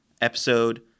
Episode